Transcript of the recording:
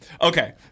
okay